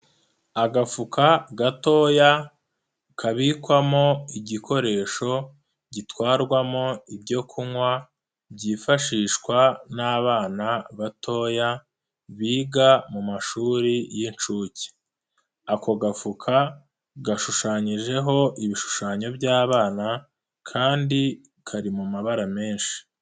Agafuka gatoya kabikwamo igikoresho gitwarwamo ibyo kunywa, byifashishwa n'abana batoya biga mu mashuri y'inshuke. Ako gafuka gashushanyijeho ibishushanyo by'abana kandi kari mu mabara menshi.